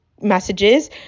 messages